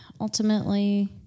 ultimately